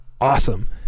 awesome